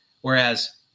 Whereas